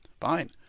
Fine